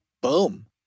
Boom